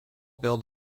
built